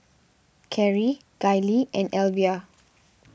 Carri Gayle and Elvia